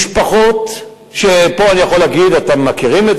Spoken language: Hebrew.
לכופף את כל המחלוקות המפלגתיות בינינו